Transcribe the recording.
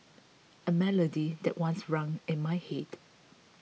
a melody that once rang in my head